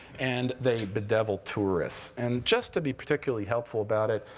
and they bedevil tourists. and just to be particularly helpful about it,